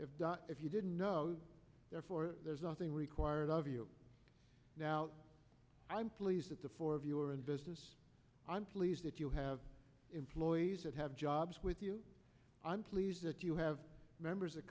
if if you didn't know therefore there's nothing required of you now i'm pleased that the four of you are in business i'm pleased that you have employees that have jobs with you i'm pleased that you have members